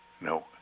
No